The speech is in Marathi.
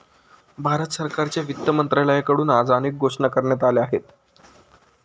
भारत सरकारच्या वित्त मंत्रालयाकडून आज अनेक घोषणा करण्यात आल्या आहेत